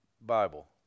Bible